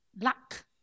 luck